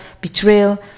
betrayal